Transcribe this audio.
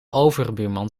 overbuurman